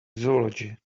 zoology